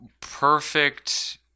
perfect